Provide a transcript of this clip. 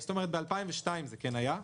ב-2002 זה כן היה.